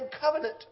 covenant